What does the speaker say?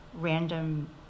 random